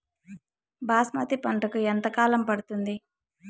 బాస్మతి పంటకు ఎంత కాలం పడుతుంది?